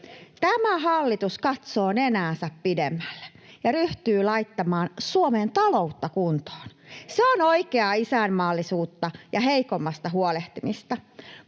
Tämä hallitus katsoo nenäänsä pidemmälle ja ryhtyy laittamaan Suomen taloutta kuntoon. Se on oikeaa isänmaallisuutta ja heikommasta huolehtimista.